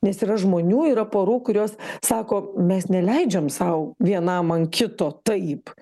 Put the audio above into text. nes yra žmonių yra porų kurios sako mes neleidžiam sau vienam an kito taip